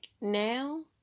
now